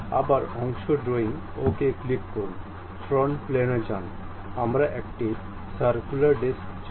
আবার অংশ drawing OK click করুন ফ্রন্ট প্লেনে যান আমরা একটি সার্ক্যুলার ডিস্ক চাই